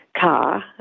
car